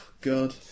God